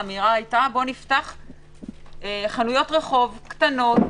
האמירה היתה: בוא נפתח חנויות רחוב קטנות,